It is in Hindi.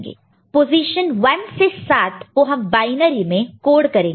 तो पोजीशन 1 से 7 को हम बायनरी में कोड करेंगे